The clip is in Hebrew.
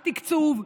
התקצוב,